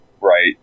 right